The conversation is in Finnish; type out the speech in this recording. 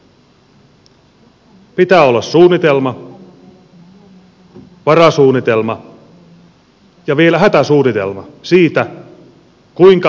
pitää olla suunnitelma varasuunnitelma ja vielä hätäsuunnitelma siitä kuinka toiminta toteutetaan